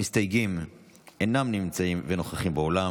המסתייגים אינם נמצאים ואינם נוכחים באולם